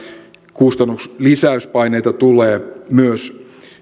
kustannuslisäyspaineita tulee myös